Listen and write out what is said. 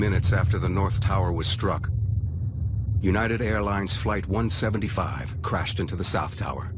minutes after the north tower was struck united airlines flight one seventy five crashed into the south tower